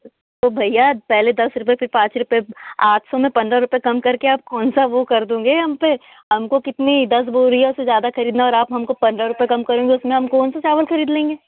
तो भैया पहले दस रुपये फिर पाँच रुपये आठ सौ में पंद्रह रुपये कम कर के आप कौन सा वह कर दोगे हम पर हमको कितनी दस बोरियों से ज़्यादा खरीदना है और आप हमको पंद्रह रुपये कम करेंगे उतना हम कौन सा चावल खरीद लेंगे